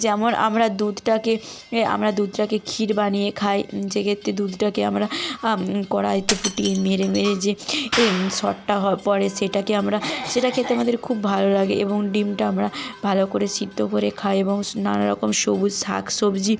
যেমন আমরা দুধটাকে আমরা দুধটাকে ক্ষীর বানিয়ে খাই যেক্ষেত্রে দুধটাকে আমরা কড়াইতে ফুটিয়ে মেরে মেরে যে এ সরটা পড়ে সেটাকে আমরা সেটা খেতে আমাদের খুব ভালো লাগে এবং ডিমটা আমরা ভালো করে সিদ্ধ করে খাই এবং নানা রকম সবুজ শাক সবজি